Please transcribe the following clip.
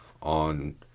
on